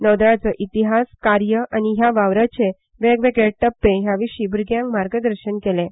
नौदळाचो इतिहास कार्य आनी ह्या वावराचे वेगवेगळे टप्पे हे विशीं भुरग्यांक मार्गदर्शन केलें